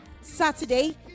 saturday